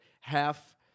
half